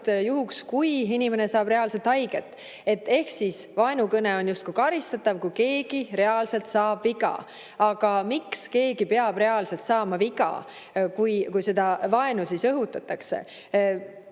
juhul, kui inimene saab reaalselt haiget. Ehk vaenukõne on justkui karistatav, kui keegi saab reaalselt viga. Aga miks keegi peab reaalselt viga saama, kui vaenu õhutatakse?